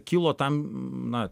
kilo tam na